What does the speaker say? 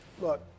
Look